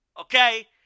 Okay